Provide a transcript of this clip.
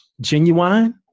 Genuine